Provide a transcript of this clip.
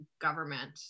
government